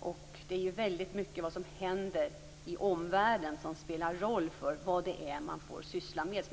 Och det är väldigt mycket vad som händer i omvärlden som spelar roll för vad det är som man får syssla med.